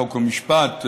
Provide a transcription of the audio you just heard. חוק ומשפט,